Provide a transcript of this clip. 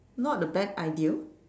not a bad idea